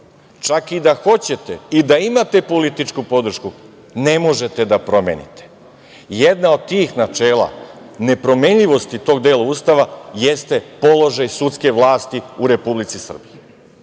čak i da hoćete i da imate političku podršku ne možete da promenite. Jedan od tih načela, nepromenljivosti tog dela Ustava jeste položaj sudske vlasti u Republici Srbiji.